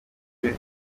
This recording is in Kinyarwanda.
rwe